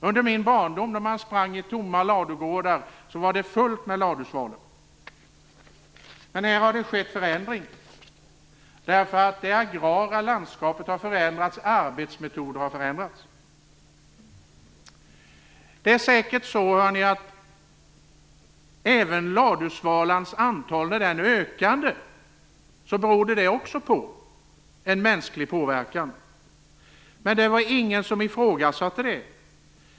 Under min barndom när vi sprang i tomma ladugårdar var det fullt med ladusvalor. Här har det skett en förändring. Det agrara landskapet har förändrats, och arbetsmetoder har förändrats. Det är säkert så att när ladusvalans antal ökade, berodde det också på en mänsklig påverkan. Men det var ingen som ifrågasatte det.